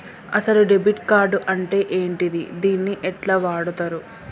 అసలు debit card అంటే ఏంటిది? దీన్ని ఎట్ల వాడుతరు?